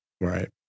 Right